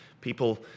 people